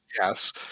Yes